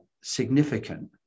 significant